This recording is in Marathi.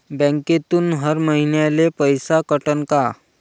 बँकेतून हर महिन्याले पैसा कटन का?